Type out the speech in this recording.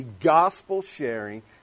gospel-sharing